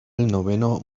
noveno